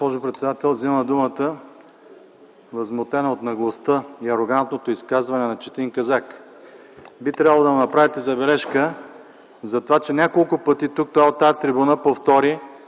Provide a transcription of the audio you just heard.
Госпожо председател, вземам думата възмутен от наглостта и арогантното изказване на Четин Казак. Би трябвало да направите забележка затова, че няколко пъти тук той от тази трибуна повтори